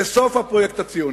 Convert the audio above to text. זה סוף הפרויקט הציוני.